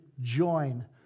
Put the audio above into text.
join